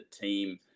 team